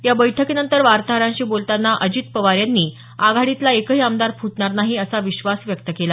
या बैठकीनंतर वार्ताहरांशी बोलताना अजित पवार यांनी आघाडीतला एकही आमदार फुटणार नाही असा विश्वास व्यक्त केला